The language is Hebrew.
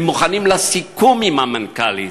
הם מוכנים לסיכום עם המנכ"לית,